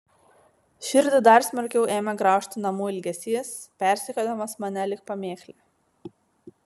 širdį dar smarkiau ėmė graužti namų ilgesys persekiodamas mane lyg pamėklė